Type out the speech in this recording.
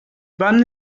wann